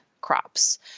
crops